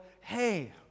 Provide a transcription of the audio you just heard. hey